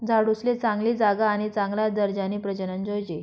झाडूसले चांगली जागा आणि चांगला दर्जानी प्रजनन जोयजे